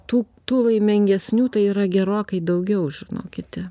tų tų laimingesnių tai yra gerokai daugiau žinokite